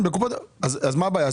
אז מה הבעיה?